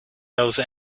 those